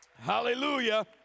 Hallelujah